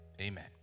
amen